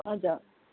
हजुर